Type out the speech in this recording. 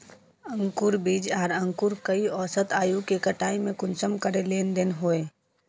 अंकूर बीज आर अंकूर कई औसत आयु के कटाई में कुंसम करे लेन देन होए?